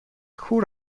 کور